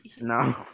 No